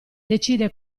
decide